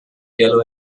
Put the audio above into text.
yellow